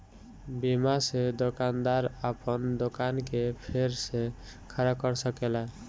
बीमा से दोकानदार आपन दोकान के फेर से खड़ा कर सकेला